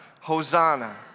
Hosanna